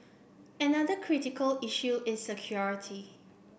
another critical issue is security